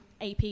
ap